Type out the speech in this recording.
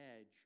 edge